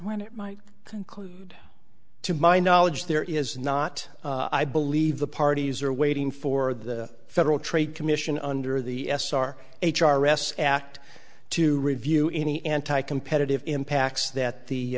when it might conclude to my knowledge there is not i believe the parties are waiting for the federal trade commission under the a s r h r s act to review any anti competitive impacts that the